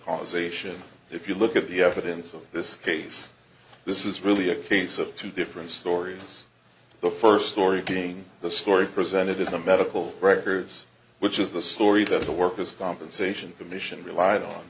causation if you look at the evidence of this case this is really a case of two different stories the first story being the story presented in the medical records which is the story that the worker's compensation commission relied on